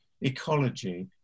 ecology